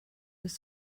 was